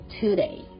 today